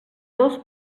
dos